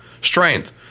strength